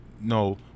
no